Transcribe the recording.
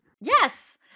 Yes